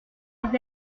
les